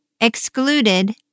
excluded